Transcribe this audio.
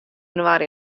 inoar